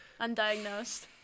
undiagnosed